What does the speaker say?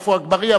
עפו אגבאריה,